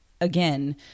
again